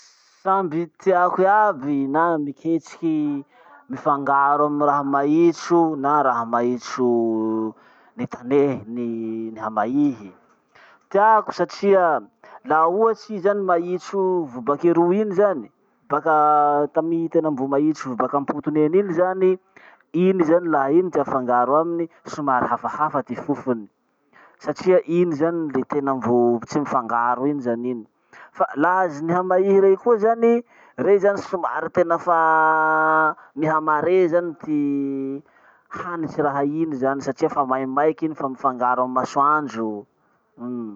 Samby tiako aby na miketriky mifangaro amy raha maitso na raha maitso nitanehy niamaihy. Tiako satria laha ohatsy i zany maitso vo baka eroy iny zany, baka tamy tena mbo maitso vo baka ampotony eny iny zany, iny zany la iny ty afangaro aminy, somary hafahafa ty fofony satria iny zany le tena mbo tsy mifangaro iny zany iny. Fa la azy niamaihy rey koa zany, rey zany somary tena fa miaha mare zany ty hanitsy raha iny zany satria fa maimaiky iny fa mifangaro amy masoandro. Uhm.